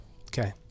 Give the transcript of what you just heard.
Okay